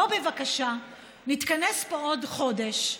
בוא בבקשה נתכנס פה בעוד חודש,